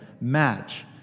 match